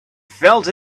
felt